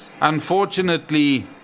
unfortunately